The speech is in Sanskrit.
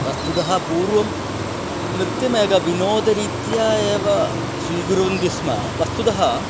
वस्तुतः पूर्वं नृत्यमेकं विनोदरीत्या एव स्वीकुर्वन्ति स्म वस्तुतः